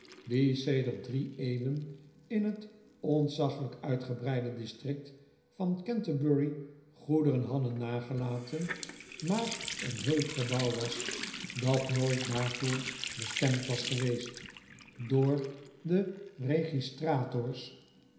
sedert drie eeuwen in het ontzaglijk uitgebreide district van canterbury goederen hadden nagelaten maar een hulpgebouw was dat nooit daarvoor bestemd was geweest door de